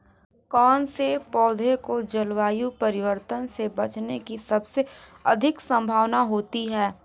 कौन से पौधे को जलवायु परिवर्तन से बचने की सबसे अधिक संभावना होती है?